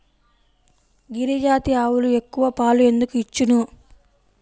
గిరిజాతి ఆవులు ఎక్కువ పాలు ఎందుకు ఇచ్చును?